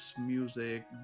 music